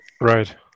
Right